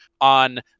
on